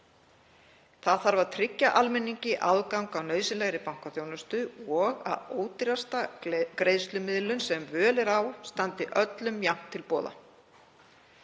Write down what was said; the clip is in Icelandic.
Það þarf að tryggja almenningi aðgang að nauðsynlegri bankaþjónustu og að ódýrasta greiðslumiðlun sem völ er á standi öllum jafnt til boða.